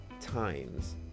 times